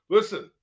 Listen